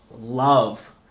love